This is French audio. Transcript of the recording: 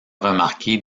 remarquer